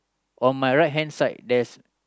on my right hand side there's